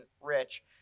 Rich